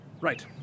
Right